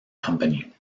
company